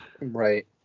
Right